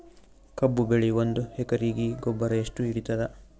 ಕಬ್ಬು ಬೆಳಿ ಒಂದ್ ಎಕರಿಗಿ ಗೊಬ್ಬರ ಎಷ್ಟು ಹಿಡೀತದ?